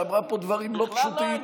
שאמרה פה דברים לא פשוטים.